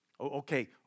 Okay